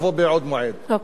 אוקיי.